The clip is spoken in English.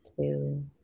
two